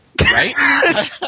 Right